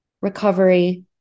recovery